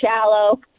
shallow